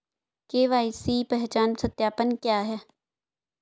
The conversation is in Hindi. के.वाई.सी पहचान सत्यापन क्या है?